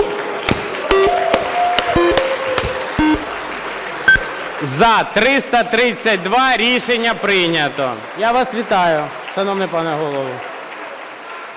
За-332 Рішення прийнято. Я вас вітаю, шановний пане голово.